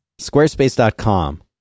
Squarespace.com